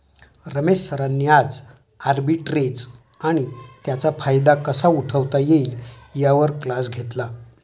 रमेश सरांनी आज आर्बिट्रेज आणि त्याचा फायदा कसा उठवता येईल यावर क्लास घेतला